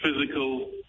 physical